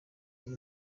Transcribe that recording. yari